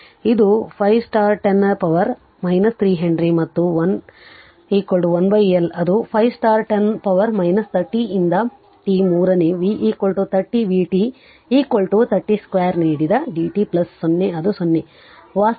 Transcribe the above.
ಆದ್ದರಿಂದ ಇದು 5 10ರ ಪವರ್ 3 ಹೆನ್ರಿ ಮತ್ತು I 1 L ಅದು 5 10 ರ ಪವರ್ 30 ರಿಂದ t ಮೂರನೇ v 30 vt 30 t 2 ನೀಡಿದ dt ಪ್ಲಸ್ 0 ಅದು 0 ವಾಸ್ತವವಾಗಿ 0